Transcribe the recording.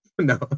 no